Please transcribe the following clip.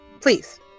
Please